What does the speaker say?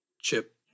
Chip